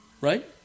Right